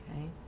okay